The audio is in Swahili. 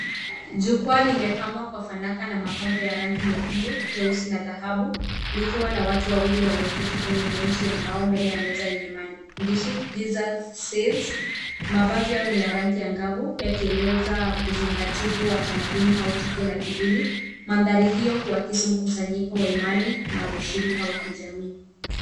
Jukwaa limepambwa kwa fanaka na mapambo ya rangi nyekundu, nyeusi na dhahabu ,likiwa na watu wawili walioketi kwenye benchi ambao mbele ya meza yenye maandishi Jesus saves. Mavazi yao ni ya rangi angavu yakieleza uzingativu wa tamaduni au tukio la kidini. Mandhari hiyo huakisi mkusanyiko wa imani na ushirika wa kijamii.